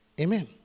Amen